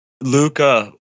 Luca